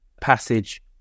passage